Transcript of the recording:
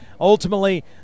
ultimately